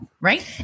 Right